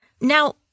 Now